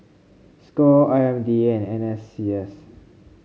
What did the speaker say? Score I M D A and N S C S